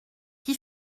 qui